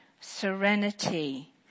serenity